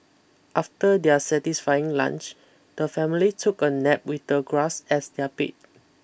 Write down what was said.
after their satisfying lunch the family took a nap with the grass as their bed